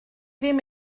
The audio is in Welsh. ddim